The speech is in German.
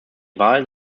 wahlen